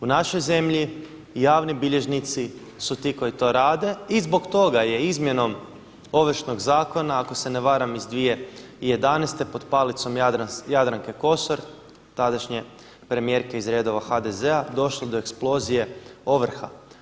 U našoj zemlji javni bilježnici su ti koji to rade i zbog toga je izmjenom Ovršnog zakona ako se ne varam iz 2011. pod palicom Jadranke Kosor, tadašnje premijerke iz redova HDZ-a došlo do eksplozije ovrha.